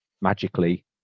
magically